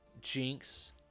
jinx